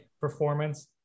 performance